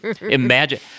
Imagine